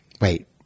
Wait